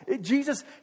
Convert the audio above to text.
Jesus